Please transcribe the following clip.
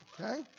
Okay